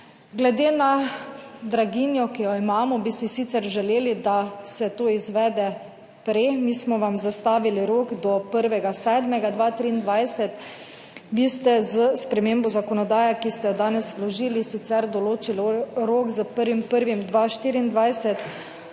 Glede na draginjo, ki jo imamo bi si sicer želeli, da se to izvede prej. Mi smo vam zastavili rok do 1. 7. 2023, vi ste s spremembo zakonodaje, ki ste jo danes vložili, sicer določili rok s 1. 1. 2024,